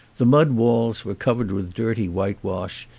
the mud walls were covered with dirty whitewash,